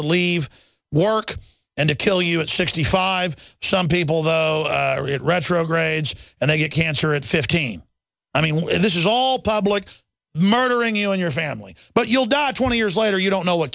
to leave work and to kill you at sixty five some people though are at retrogrades and they get cancer at fifteen i mean when this is all public murdering you and your family but you'll die twenty years later you don't know what